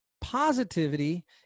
positivity